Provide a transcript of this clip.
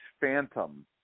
Phantom